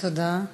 תודה.